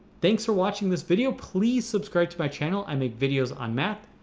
thanks for watching this video! please subscribe to my channel. i make videos on math.